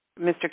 Mr